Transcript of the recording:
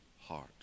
heart